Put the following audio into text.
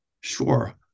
sure